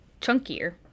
chunkier